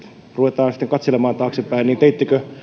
ruvetaan sitten katselemaan taaksepäin niin teittekö